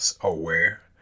aware